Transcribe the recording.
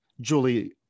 Julie